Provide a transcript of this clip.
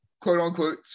quote-unquote